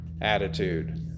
attitude